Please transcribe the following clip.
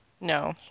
No